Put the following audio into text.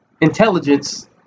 intelligence